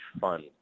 fun